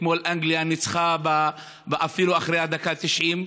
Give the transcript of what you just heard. אתמול אנגליה ניצחה אפילו אחרי הדקה ה-90.